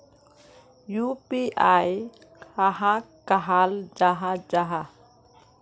UPI कहाक कहाल जाहा जाहा?